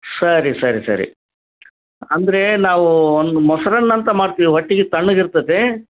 ಸರಿ ಸರಿ ಸರಿ ಅಂದ್ರೆ ನಾವು ಒಂದು ಮೊಸರನ್ನ ಅಂತ ಮಾಡ್ತೀವಿ ಹೊಟ್ಟೆಗೆ ತಣ್ಣಗೆ ಇರ್ತತೆ